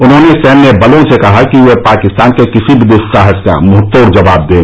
उन्होंने सैन्य बलों से कहा कि वे पाकिस्तान के किसी भी दुस्साहस का मुंहतोड़ जवाब दें